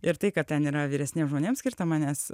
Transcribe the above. ir tai kad ten yra vyresniem žmonėm skirta manęs